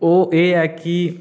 ओह् एह् ऐ कि